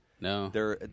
No